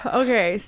okay